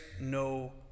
no